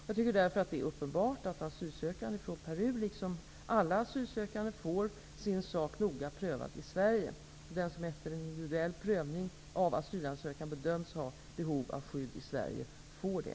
Jag tycker därför att det är uppenbart att asylsökande från Peru, liksom alla asylsökande, får sin sak noga prövad i Sverige. Den som efter en individuell prövning av asylansökan bedöms ha behov av skydd i Sverige får det.